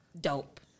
Dope